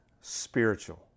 spiritual